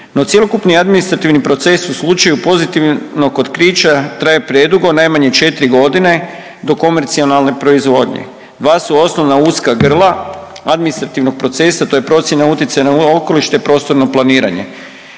No, cjelokupni administrativni proces u slučaju pozitivnog otkrića traje predugo, najmanje 4 godine do komercijalne proizvodnje. Dva su osnovna uska grla administrativnog procesa, to je procjena utjecaja na okoliš te prostorno planiranje.